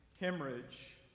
hemorrhage